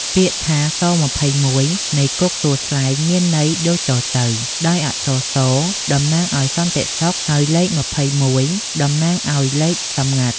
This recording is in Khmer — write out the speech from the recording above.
ពាក្យថា ស.២១ នៃគុកទួលស្លែងមានន័យដូចតទៅ ដោយអក្សរ ” ស ” តំណាងឱ្យសន្តិសុខ ហើយលេខ២១តំណាងឱ្យលេខសំងាត់។